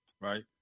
right